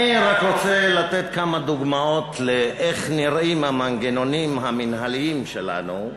אני רק רוצה לתת כמה דוגמאות איך נראים המנגנונים המינהליים שלנו,